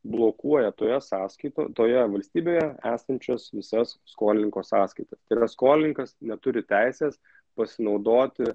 blokuoja toje sąskaito toje valstybėje esančias visas skolininko sąskaitas tai yra skolininkas neturi teisės pasinaudoti